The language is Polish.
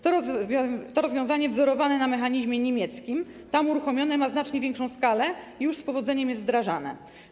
To rozwiązanie jest wzorowane ma mechanizmie niemieckim, które tam uruchomione na znacznie większą skalę już z powodzeniem jest wdrażane.